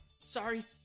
Sorry